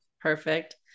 Perfect